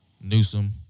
Newsom